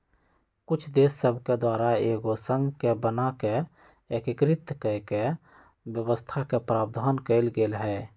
कुछ देश सभके द्वारा एगो संघ के बना कऽ एकीकृत कऽकेँ व्यवस्था के प्रावधान कएल गेल हइ